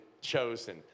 chosen